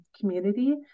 community